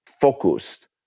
focused